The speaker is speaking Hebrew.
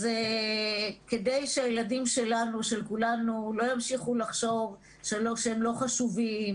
אז כדי שהילדים שלנו לא ימשיכו לחשוב שהם לא חשובים